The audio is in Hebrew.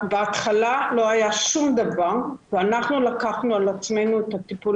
בהתחלה לא היה שום דבר ואנחנו לקחנו על עצמנו את הטיפול,